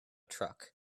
truck